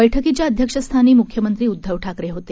बैठकीच्या अध्यक्षस्थानी मुख्यमंत्री उद्धव ठाकरे होते